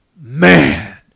man